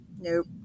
Nope